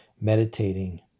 meditating